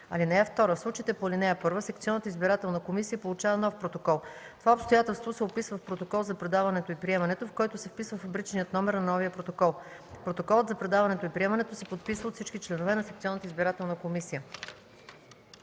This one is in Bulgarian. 4. (2) В случаите по ал. 1 секционната избирателна комисия получава нов протокол. Това обстоятелство се описва в протокол за предаването и приемането, в който се вписва фабричният номер на новия протокол. Протоколът за предаването и приемането се подписва от всички членове на секционната избирателна комисия.”